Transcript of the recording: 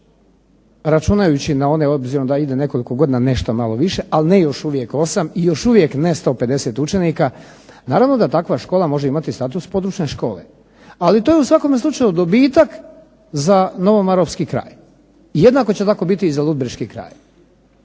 računajući na one obzirom da ide nekoliko godina nešto malo više, ali ne još uvijek 8 i još uvijek ne 150 učenika. Naravno da takva škola može imati status područne škole, ali to je u svakome slučaju dobitak za novomarofski kraj. Jednako će tako biti i za ludbreški kraj,